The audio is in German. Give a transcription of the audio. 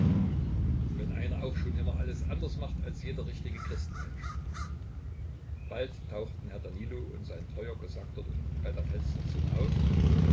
wenn einer auch schon immer alles anders macht als jeder richtige christenmensch bald tauchten herr danilo und sein treuer kosak dort unten bei der felsenzunge auf